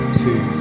two